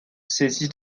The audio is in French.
saisissent